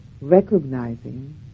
Recognizing